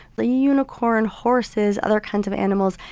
the unicorn horses, other kinds of animals.